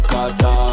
Kata